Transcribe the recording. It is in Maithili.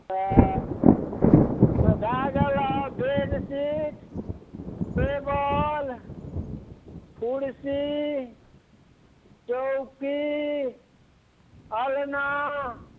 तऽ भए गेलह बेड सेट टेबल कुर्सी चौकी अलना